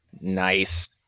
Nice